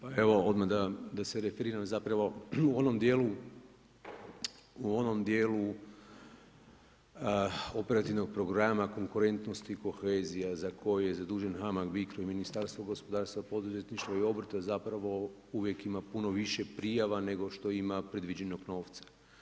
Pa evo odmah da, da se referiram zapravo u onom dijelu, u onom dijelu Operativnog programa konkurentnost i kohezija za koji je zadužen Hamag Bicro i Ministarstvo gospodarstva, poduzetništva i obrta zapravo uvijek ima puno više prijava nego što ima predviđenog novca.